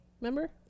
remember